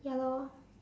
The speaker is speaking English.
ya lor